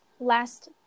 Last